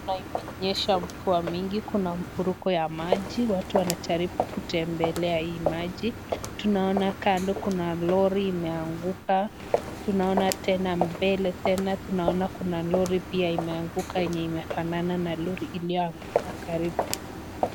Hapa imenyesha mvua mingi. Kuna mafuriko ya maji. Watu wanajaribu kutembelea hii maji. Tunaona kando kuna lori imeanguka, tunaona tena, mbele tena tunaona kuna lori pia imeanguka yenye imefanana na lori iliyoanguka karibu.